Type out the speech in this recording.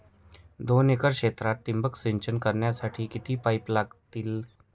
दोन एकर क्षेत्रात ठिबक सिंचन करण्यासाठी किती पाईप लागतील?